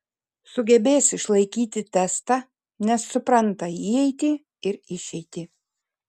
sugebės išlaikyti testą nes supranta įeitį ir išeitį